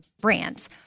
brands